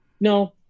no